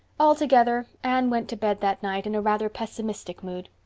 altogether, anne went to bed that night in a rather pessimistic mood.